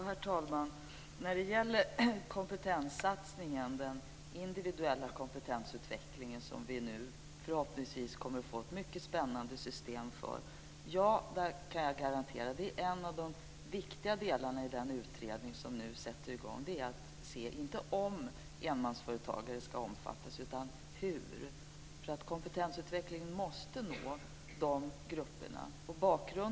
Herr talman! När det gäller den individuella kompetensutvecklingen, som vi nu förhoppningsvis kommer att få ett mycket spännande system för, kan jag garantera att en av de viktiga delarna i den utredning som nu sätter i gång är att se, inte om enmansföretagare ska omfattas utan hur. Kompetensutvecklingen måste nå de grupperna.